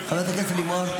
חברת הכנסת לימור.